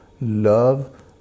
Love